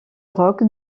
rock